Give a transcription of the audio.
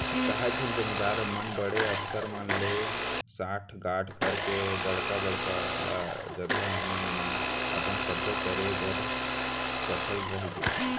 काहेच झन जमींदार मन बड़े अफसर मन ले सांठ गॉंठ करके बड़का बड़का ल जघा मन म अपन कब्जा करे बर सफल रहिगे